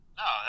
no